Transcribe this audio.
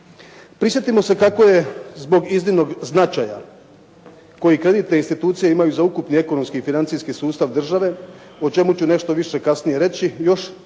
Prisjetimo se kako je zbog iznimnog značaja koji kreditne institucije imaju za ukupni ekonomski i financijski sustav države o čemu ću nešto više kasnije reći još 1993.